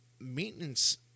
maintenance